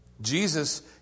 Jesus